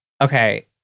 Okay